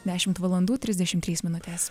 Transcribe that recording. dešimt valandų trisdešim trys minutės